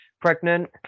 pregnant